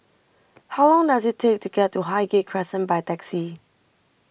How Long Does IT Take to get to Highgate Crescent By Taxi